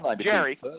Jerry